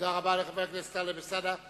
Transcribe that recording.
תודה רבה לחבר הכנסת טלב אלסאנע.